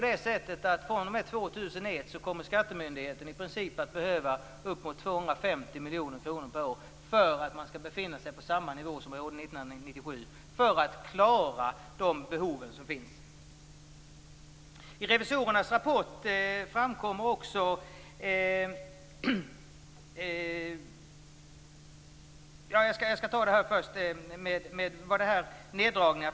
fr.o.m. år 2001 kommer skattemyndigheten i princip att behöva uppemot 250 miljoner kronor per år för att man skall befinna sig på samma nivå som man gjorde 1997 och för att klara de behov som finns.